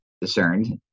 discerned